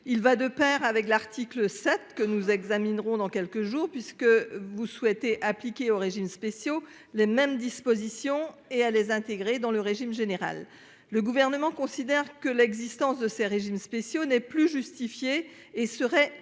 Il va de Pair avec l'article 7, que nous examinerons dans quelques jours puisque vous souhaitez appliquer aux régimes spéciaux les mêmes dispositions et à les intégrer dans le régime général. Le gouvernement considère que l'existence de ces régimes spéciaux n'est plus justifié et serait inéquitable